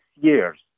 years